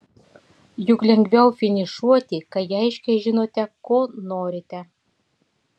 juk lengviau finišuoti kai aiškiai žinote ko norite